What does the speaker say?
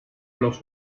los